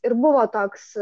ir buvo toks